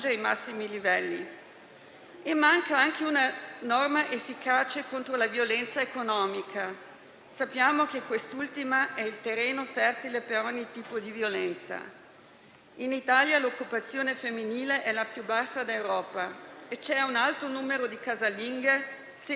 Signor Presidente, signor ministro Bonetti, sottosegretario Castaldi, oggi è il 25 novembre 2020 e purtroppo siamo ancora in quest'Aula a ricordare le donne che non ci sono più, che sono state uccise, e quelle che ci sono ancora, ma soffrono, perché sono state gravemente maltrattate.